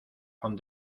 con